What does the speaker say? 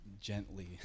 gently